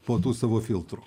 po tų savo filtrų